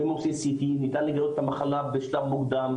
אם הוא עושה CT נדע לגלות את המחלה בשלב מוקדם,